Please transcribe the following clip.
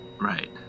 right